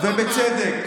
ובצדק.